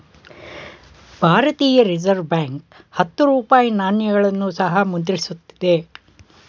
ಭಾರತೀಯ reserve bank ಹತ್ತು ರೂಪಾಯಿ ನಾಣ್ಯಗಳನ್ನು ಸಹ ಮುದ್ರಿಸುತ್ತಿದೆ